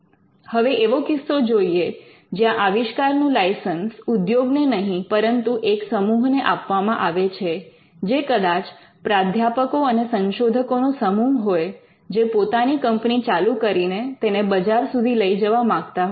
હવે એવો કિસ્સો જોઈએ જ્યાં આવિષ્કારનું લાઈસન્સ ઉદ્યોગને નહીં પરંતુ એક સમૂહને આપવામાં આવે છે જે કદાચ પ્રાધ્યાપકો અને સંશોધકોનો સમૂહ હોય જે પોતાની કંપની ચાલુ કરીને તેને બજાર સુધી લઇ જવા માંગતા હોય